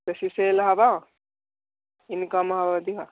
ବେଶୀ ସେଲ୍ ହବ ଇନ୍କମ୍ ହବ ଅଧିକା